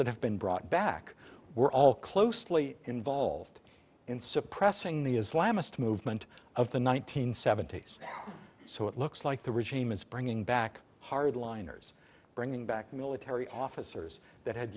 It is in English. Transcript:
that have been brought back were all closely involved in suppressing the islamised movement of the one nine hundred seventy s so it looks like the regime is bringing back hard liners bringing back military officers that had